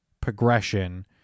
progression